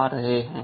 धन्यवाद